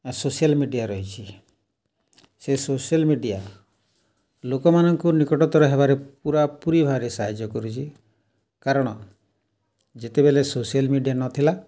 social media ରହିଛି ସେ social media ଲୋକମାନଙ୍କୁ ନିକଟତର ହେବାରେ ପୁରା ପୁରୀ ଭାବରେ ସାହାଯ୍ୟ କରୁଛି କାରଣ ଯେତେବେଲେ ସୋସିଆଲ୍ ମିଡ଼ିଆ ନଥିଲା